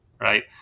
right